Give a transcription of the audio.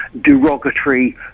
derogatory